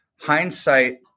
hindsight